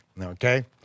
okay